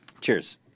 Cheers